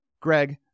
Greg